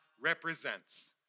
represents